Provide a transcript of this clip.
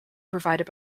provided